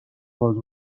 باز